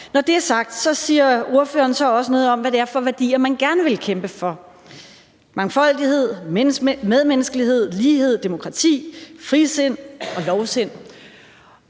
Når det er sagt, siger ordføreren så også noget om, hvad det er for værdier, man gerne vil kæmpe for, altså mangfoldighed, medmenneskelighed, lighed, demokrati, frisind og lovsind.